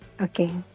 Okay